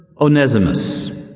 Onesimus